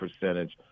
percentage